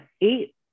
eight